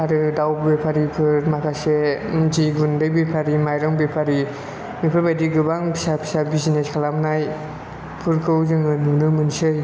आरो दाव बेफारिफोर मखासे मानसि गुन्दै बेफारि माइरं बेफारि बेफोरबायदि गोबां फिसा फिसा बिजिनेस खालामनायफोरखौ जोङो नुनो मोनसै